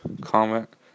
comment